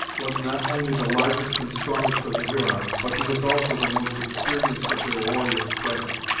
was not only the largest and strongest of the hurons, but he was also the most experienced of their warriors present,